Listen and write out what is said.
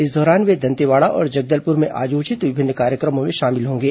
इस दौरान वे दंतेवाड़ा और जगदलपुर में आयोजित विभिन्न कार्यक्रमों में शामिल होंगे